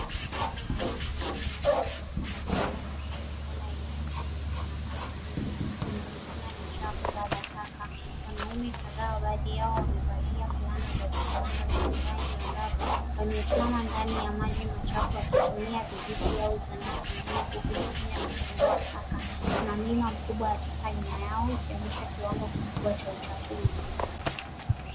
Kundi la watu wanaofanya kazi katika mazingira machafu sana, yenye maji meusi na taka nyingi, inaonekana ni jaa kubwa la taka. Wanaume kadhaa baadhi yao wamevalia fulana za usalama zenye rangi angavu, wamesimama ndani ya maji machafu, wakitumia vijiti au zana zingine kukusanya na kuondoa taka. Kuna mlima mkubwa wa taka nyuma yao, ikionyesha kiwango kikubwa cha uchafuzi.